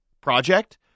project